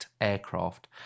aircraft